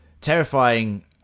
terrifying